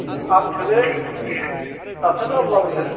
आंसोलै doctor बाबु आंसो